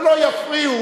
ולא יפריעו,